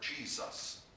Jesus